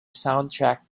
soundtrack